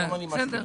תודה רבה,